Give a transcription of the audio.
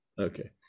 Okay